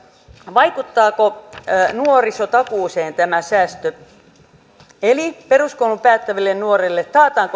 vaikuttaako nuorisotakuuseen tämä säästö eli taataanko peruskoulun päättäville nuorille